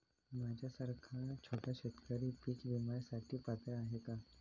माझ्यासारखा छोटा शेतकरी पीक विम्यासाठी पात्र आहे का?